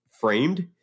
framed